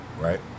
right